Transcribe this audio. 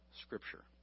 scripture